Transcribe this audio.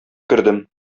кердем